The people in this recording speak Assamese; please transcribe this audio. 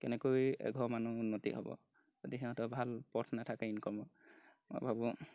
কেনেকৈ এঘৰ মানুহ উন্নতি হ'ব যদি সিহঁতৰ ভাল পথ নাথাকে ইনকামৰ মই ভাবোঁ